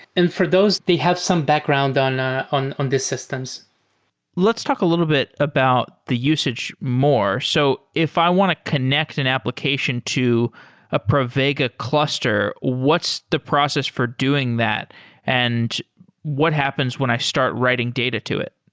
and for those, they have some background on ah these and systems let's talk a little bit about the usage more. so if i want to connect an application to a pravega cluster, what's the process for doing that and what happens when i start writing data to it?